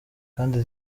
kandi